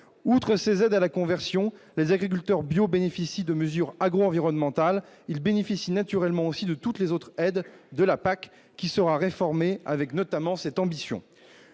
outre ces aides à la conversion, les agriculteurs bio bénéficient de mesures agro-environnementales, il bénéficie naturellement aussi de toutes les autres aides de la PAC, qui sera réformée avec notamment cette ambition,